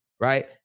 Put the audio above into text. right